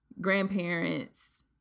grandparents